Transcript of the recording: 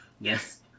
Yes